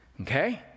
Okay